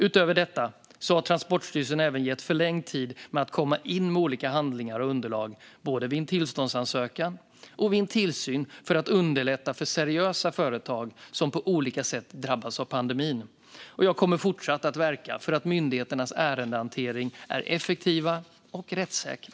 Utöver detta har Transportstyrelsen även gett förlängd tid med att komma in med olika handlingar och underlag, både vid en tillståndsansökan och vid en tillsyn, för att underlätta för seriösa företag som på olika sätt drabbats av pandemin. Jag kommer att fortsätta att verka för att myndigheternas ärendehanteringar ska vara effektiva och rättssäkra.